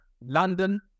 London